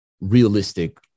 realistic